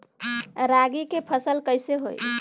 रागी के फसल कईसे होई?